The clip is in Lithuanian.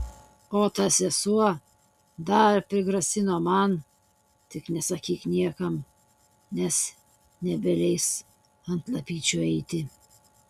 o ta sesuo dar prigrasino man tik nesakyk niekam nes nebeleis ant lapyčių eiti